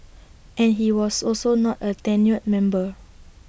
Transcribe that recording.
and he was also not A tenured member